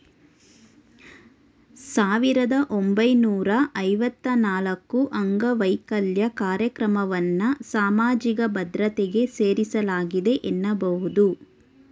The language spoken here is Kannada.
ಸಾವಿರದ ಒಂಬೈನೂರ ಐವತ್ತ ನಾಲ್ಕುಅಂಗವೈಕಲ್ಯ ಕಾರ್ಯಕ್ರಮವನ್ನ ಸಾಮಾಜಿಕ ಭದ್ರತೆಗೆ ಸೇರಿಸಲಾಗಿದೆ ಎನ್ನಬಹುದು